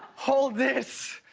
holds this.